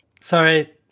Sorry